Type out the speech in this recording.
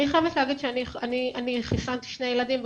אני חייבת להגיד שאני חיסנתי שני ילדים,